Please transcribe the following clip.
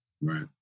Right